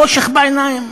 חושך בעיניים.